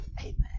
Amen